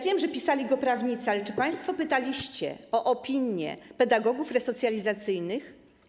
Wiem, że pisali go prawnicy, ale czy państwo pytaliście o opinię pedagogów resocjalizacyjnych?